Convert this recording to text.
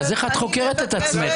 איך את חוקרת את עצמך?